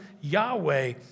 Yahweh